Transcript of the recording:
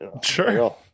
Sure